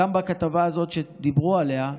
גם בכתבה הזאת שדיברו עליה,